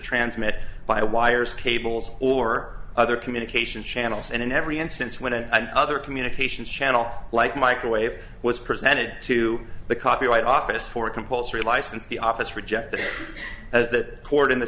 transmit by wires cables or other communication channels and in every instance when and other communications channel like microwave was presented to the copyright office for compulsory license the office rejected as the court in the